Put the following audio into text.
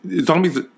zombies